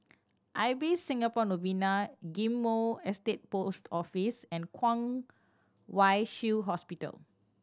Ibis Singapore Novena Ghim Moh Estate Post Office and Kwong Wai Shiu Hospital